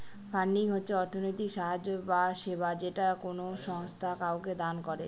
funding হচ্ছে অর্থনৈতিক সাহায্য বা সেবা যেটা কোনো সংস্থা কাউকে দান করে